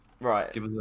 right